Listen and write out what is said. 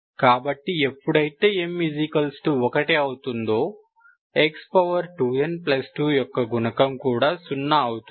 కాబట్టి ఎప్పుడైతే m 1 అవుతుందో x2n2 యొక్క గుణకం కూడా సున్నా అవుతుంది